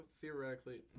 theoretically